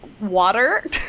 water